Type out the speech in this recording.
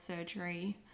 surgery